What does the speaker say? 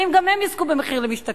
האם גם הם יזכו במחיר למשתכן?